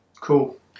Cool